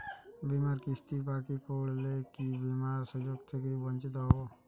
বিমার কিস্তি বাকি পড়লে কি বিমার সুযোগ থেকে বঞ্চিত হবো?